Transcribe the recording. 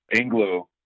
anglo